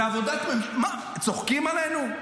מה, צוחקים עלינו?